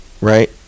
Right